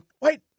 wait